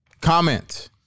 Comment